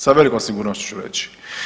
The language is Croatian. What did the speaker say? Sa velikom sigurnošću reći.